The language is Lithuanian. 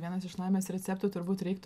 vienas iš laimės receptų turbūt reiktų